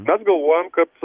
bet galvojam kad